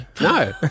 No